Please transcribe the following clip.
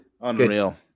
Unreal